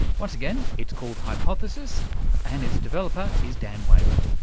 once again, it's called hypothesis and its developer is dan whaley.